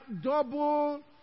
double